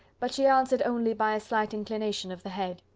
but she answered only by a slight inclination of the head.